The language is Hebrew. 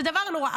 זה דבר נורא.